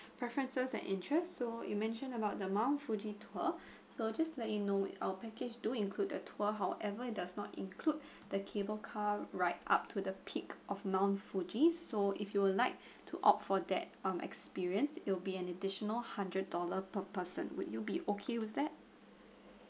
preferences and interests so you mentioned about the mount fuji tour so just to let you know our package do include a tour however it does not include the cable car ride up to the peak of mount fuji so if you would like to opt for that um experience it will be an additional hundred dollar per person would you be okay with that